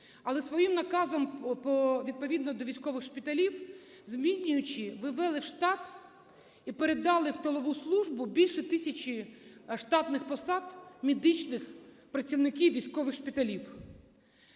Але своїм наказом відповідно до військових шпиталів, змінюючи, ви ввели в штаб і передали в тилову службу більше тисячі штатних посад медичних працівників військових шпиталів.